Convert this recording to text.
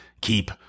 keep